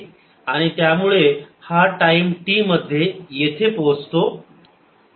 आणि त्यामुळे हा टाईम t मध्ये येथे पोहोचतो